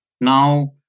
Now